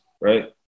right